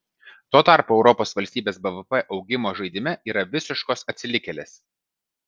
tuo tarpu europos valstybės bvp augimo žaidime yra visiškos atsilikėlės